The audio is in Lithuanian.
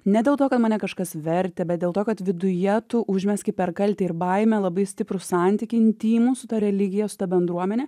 ne dėl to kad mane kažkas vertė bet dėl to kad viduje tu užmezgi per kaltę ir baimę labai stiprų santykį intymų su ta religija su ta bendruomene